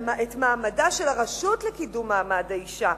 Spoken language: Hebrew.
את מעמדה של הרשות לקידום מעמד האשה,